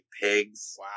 pigs